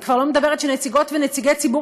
אני כבר לא אומרת שנציגות ונציגי ציבור